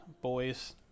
boys